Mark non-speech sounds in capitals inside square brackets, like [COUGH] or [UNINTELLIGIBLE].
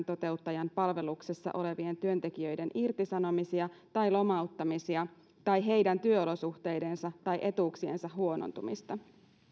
[UNINTELLIGIBLE] toteuttajan palveluksessa olevien työntekijöiden irtisanomisia tai lomauttamisia tai heidän työolosuhteidensa tai etuuksiensa huonontumista